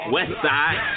Westside